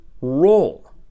roll